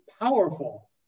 powerful